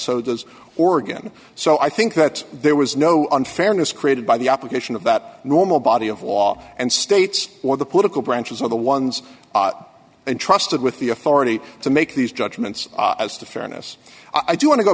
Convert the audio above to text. so does oregon so i think that there was no unfairness created by the application of that normal body of law and states or the political branches of the ones and trusted with the authority to make these judgments as to fairness i do want to go